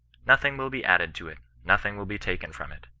nothing will be added to it nothing will be taken from it.